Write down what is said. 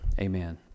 amen